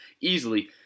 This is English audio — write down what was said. easily